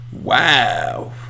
wow